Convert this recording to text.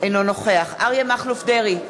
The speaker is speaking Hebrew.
אינו נוכח אריה מכלוף דרעי,